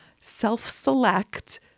self-select